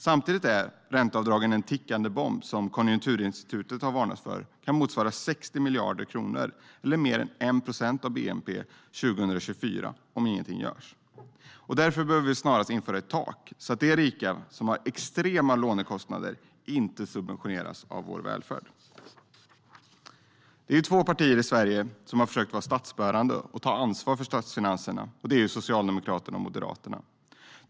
Samtidigt är ränteavdraget en tickade bomb som Konjunkturinstitutet har varnat för kan motsvara 60 miljarder kronor eller mer än 1 procent av bnp år 2024 om ingenting görs. Därför behöver vi snarast införa ett tak så att de rika som har extrema räntekostnader inte subventioneras av vår välfärd. Det är två partier i Sverige som har försökt vara statsbärande och ta ansvar för statsfinanserna, och det är Socialdemokraterna och Moderaterna.